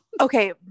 okay